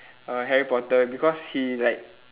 err harry-potter because he like